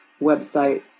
website